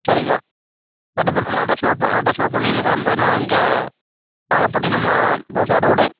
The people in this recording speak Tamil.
சரிங்களா கண்டிப்பாக நம்ம அட்ரஸ் நோட் பண்ணிக் அட்ரஸ் நோட் பண்ணிக்கோங்க சார் நம்ம எதுனால் இங்கே நாகப்பட்டினம் ம பஸார் ரோடு